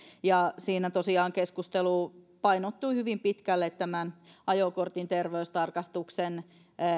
ja siinä tosiaan keskustelu painottui hyvin pitkälle tämän ajokortin terveystarkastuksen